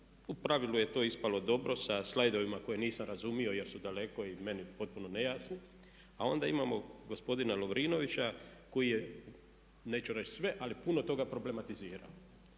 u pravilu je to ispalo dobro sa slajdovima koje nisam razumio jer su daleko i meni potpuno nejasni, a onda imamo gospodina Lovrinovića koji je neću reći sve, ali puno toga problematizirao.